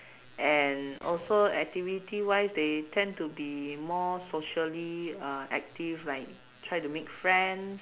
and also activity wise they tend to be more socially uh active like try to make friends